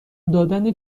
دادن